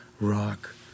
rock